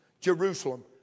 Jerusalem